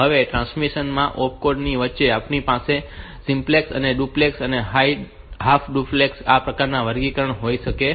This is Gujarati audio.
હવે આ ટ્રાન્સમિશન માં એપિસોડ ની વચ્ચે આપણી પાસે સિમ્પ્લેક્સ ડુપ્લેક્સ અને હાફ ડુપ્લેક્સ આ પ્રકારનું વર્ગીકરણ હોઈ શકે છે